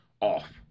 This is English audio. off